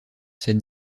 cette